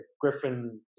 Griffin